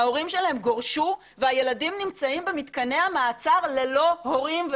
ההורים שלהם גורשו והילדים נמצאים במתקני המעצר ללא הורים,